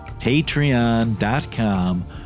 patreon.com